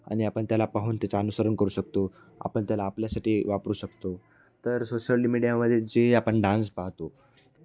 आणि आपण त्याला पाहून त्याचा अनुसरण करू शकतो आपण त्याला आपल्यासाठी वापरू शकतो तर सोशल मीडियामध्ये जे आपण डान्स पाहतो